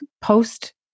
post